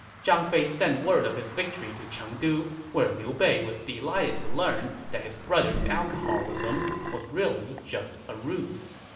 zhang fei sent word of his victory to chengdu, where liu bei was delighted to learn that his brother's alcoholism was really just a ruse